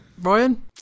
Ryan